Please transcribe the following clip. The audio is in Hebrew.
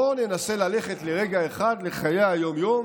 בואו ננסה ללכת לרגע אחד לחיי היום-יום